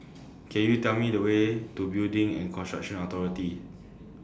Can YOU Tell Me The Way to Building and Construction Authority